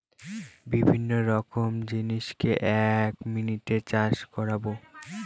বিভিন্ন রকমের জিনিসকে এক মাটিতে চাষ করাবো